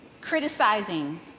criticizing